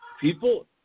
people